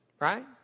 right